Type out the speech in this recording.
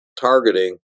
targeting